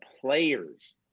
players